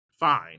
fine